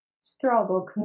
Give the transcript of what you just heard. struggle